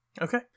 Okay